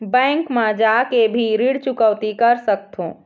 Bank मा जाके भी ऋण चुकौती कर सकथों?